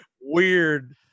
weird